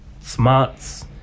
smarts